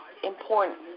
Important